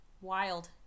wild